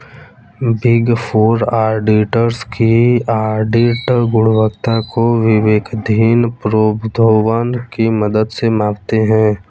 big four auditors की audit गुणवत्ता को विवेकाधीन प्रोद्भवन की मदद से मापते हैं